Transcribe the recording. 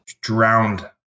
drowned